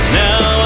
now